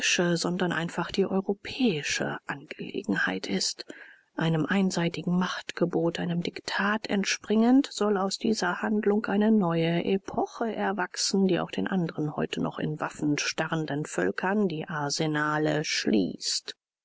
sondern einfach die europäische angelegenheit ist einem einseitigen machtgebot einem diktat entspringend soll aus dieser handlung eine neue epoche erwachsen die auch den anderen heute noch in waffen starrenden völkern die arsenale schließt